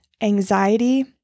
anxiety